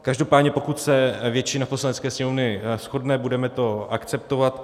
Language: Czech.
Každopádně pokud se většina Poslanecké sněmovny shodne, budeme to akceptovat.